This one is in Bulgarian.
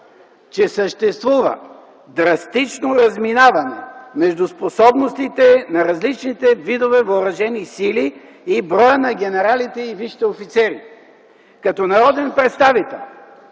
че съществува драстично разминаване между способностите на различните видове въоръжени сили и броя на генералите и висшите офицери. Като народен представител,